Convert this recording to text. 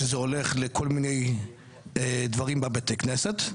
שזה הולך לכל מיני דברים בבתי כנסת,